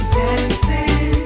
dancing